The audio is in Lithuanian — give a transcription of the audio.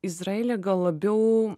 izraelyje gal labiau